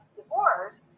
divorce